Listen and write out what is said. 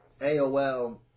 AOL